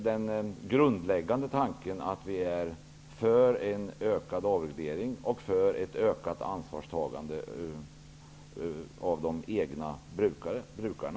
Den grundläggande tanken är att vi är för en ökad avreglering och ett ökat ansvarstagande för brukarna.